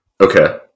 Okay